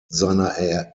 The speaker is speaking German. seiner